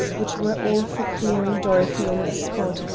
which were all for clearing dorothy on the spot,